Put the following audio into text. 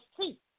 see